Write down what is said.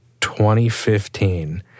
2015